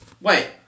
Wait